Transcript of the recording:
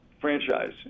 franchise